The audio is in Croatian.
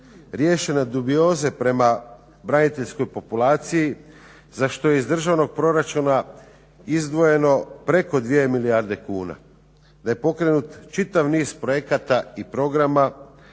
riješene dubioze prema braniteljskoj populaciji za što je iz državnog proračuna izdvojeno preko dvije milijarde kuna. Da je pokrenut čitav niz projekata i programa,